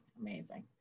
Amazing